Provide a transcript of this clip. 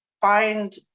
find